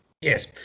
Yes